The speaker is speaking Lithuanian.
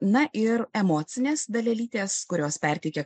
na ir emocinės dalelytės kurios perteikia